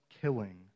killing